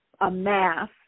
amass